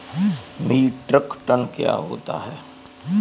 Metric tonne क्या होता है?